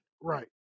Right